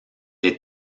les